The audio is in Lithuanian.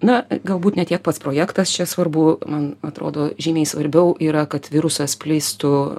na galbūt ne tiek pats projektas čia svarbu man atrodo žymiai svarbiau yra kad virusas plistų